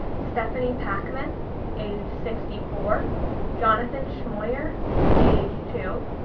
stephanie packman age sixty four jonathan schmoyer age two,